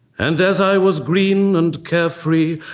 and as i was green and carefree,